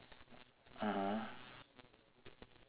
(uh huh)